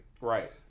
Right